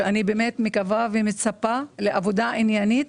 אני באמת מקווה ומצפה לעבודה עניינית